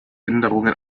änderungen